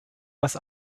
das